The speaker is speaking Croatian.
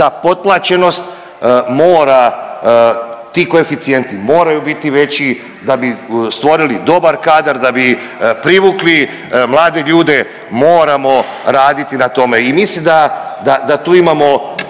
da potplaćenost mora, ti koeficijenti moraju biti veći da bi stvorili dobar kadar, da bi privukli mlade ljude moramo raditi na tome i mislim da, da,